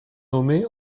nommée